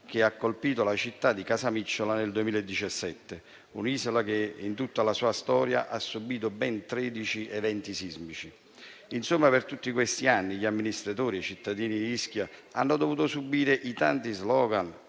che ha colpito la città di Casamicciola nel 2017. Si consideri che Ischia in tutta la sua storia ha subito ben 13 eventi sismici. Insomma, per tutti questi anni gli amministratori e i cittadini di Ischia hanno dovuto subire i tanti *slogan*